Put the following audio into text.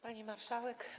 Pani Marszałek!